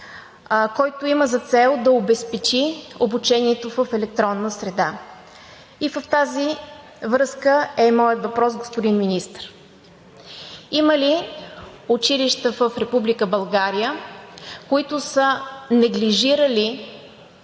който има за цел да обезпечи обучението в електронна среда. И в тази връзка е моят въпрос, господин Министър: има ли училища в Република България, които са неглижирали